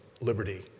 liberty